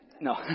No